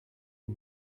aux